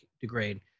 degrade